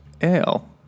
Ale